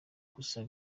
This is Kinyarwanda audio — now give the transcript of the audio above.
gusa